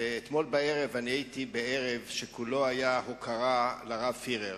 ואתמול בערב הייתי בערב שכולו היה הוקרה לרב פירר.